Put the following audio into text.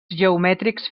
geomètrics